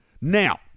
Now